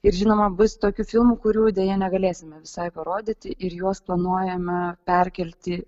ir žinoma bus tokių filmų kurių deja negalėsime visai parodyti ir juos planuojame perkelti